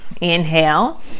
Inhale